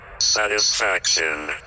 satisfaction